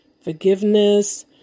forgiveness